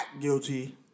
guilty